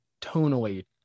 tonally